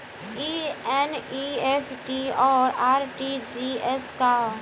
ई एन.ई.एफ.टी और आर.टी.जी.एस का ह?